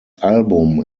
album